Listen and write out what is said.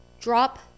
drop